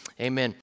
Amen